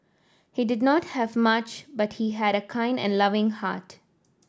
he did not have much but he had a kind and loving heart